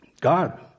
God